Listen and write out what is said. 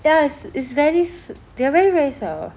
ya is is very s~ they are very very soft